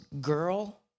girl